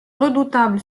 redoutable